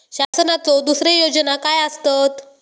शासनाचो दुसरे योजना काय आसतत?